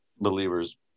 believers